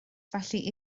felly